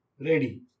ready